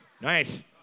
Nice